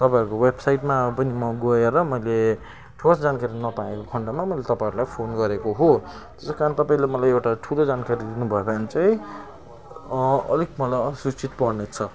तपाईँहरूको वेबसाइटमा पनि म गएर मैले ठोस जानकारी नपाएको खण्डमा मैले तपाईँहरूलाई फोन गरेको हो त्यसै कारण तपाईँले मलाई एउटा ठुलो जानकारी दिनुभयो भने चाहिँ अलिक मलाई असुचित पर्नेछ